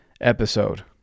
episode